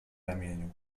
ramieniu